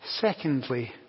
Secondly